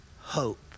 hope